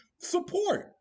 support